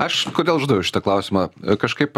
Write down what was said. aš kodėl uždaviau šitą klausimą kažkaip